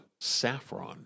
Saffron